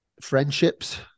friendships